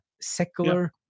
secular